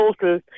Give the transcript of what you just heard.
total